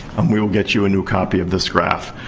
we will get you a new copy of this graph.